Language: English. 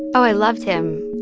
i loved him.